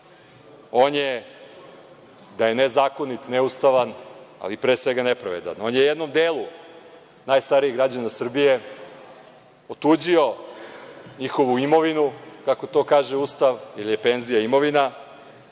On je da je nezakonit, neustavan, ali pre svega nepravedan. On je u jednom delu, najstarijih građanina Srbije otuđio njihovu imovinu, kako to kaže Ustav, jer je penzija imovina,